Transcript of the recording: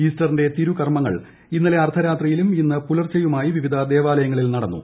ഇൌസറ്റ്റിന്റെ തിരുകർമ്മങ്ങൾ ഇന്നലെ ്യൂഢ്ർദ്ധരാത്രിയിലും ഇന്ന് പുലർച്ചെയുമായി വിവിധ ദേവാലയങ്ങളിൽ നടന്നു